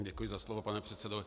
Děkuji za slovo, pane předsedo.